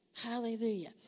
Hallelujah